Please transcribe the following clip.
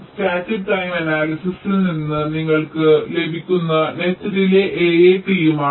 static time അനാലിസിസിനു നിന്ന് നിങ്ങൾക്ക് ലെബികുന്നത്ത് നെറ്റ് ഡിലേയ് AAT ഉം ആണ്